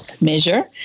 measure